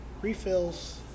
refills